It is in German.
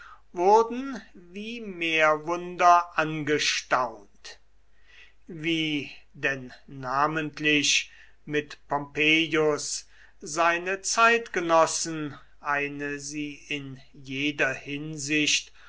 wurden wie meerwunder angestaunt wie denn namentlich mit pompeius seine zeitgenossen eine sie in jeder hinsicht